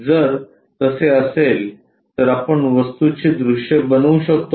जर तसे असेल तर आपण वस्तूची दृश्ये बनवू शकतो का